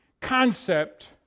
concept